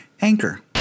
Anchor